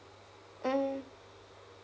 mm